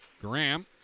Graham